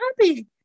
happy